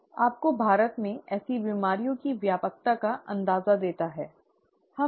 आपको भारत में ऐसी बीमारियों की व्यापकता का अंदाजा देता है